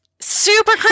super